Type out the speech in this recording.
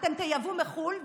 אתם תייבאו מחו"ל,